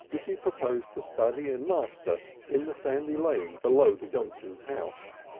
which he proposed to study and master in the sandy lane below the johnsons' house.